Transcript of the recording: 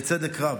בצדק רב,